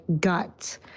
gut